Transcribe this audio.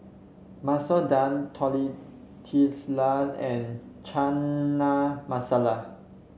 Masoor Dal Tortillas and Chana Masala